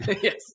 Yes